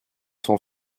son